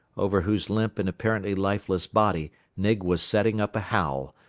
over whose limp and apparently lifeless body nig was setting up a howl,